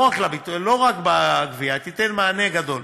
לא רק בגבייה, היא תיתן מענה גדול.